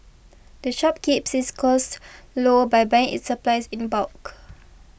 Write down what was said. the shop keeps its costs low by buying its supplies in bulk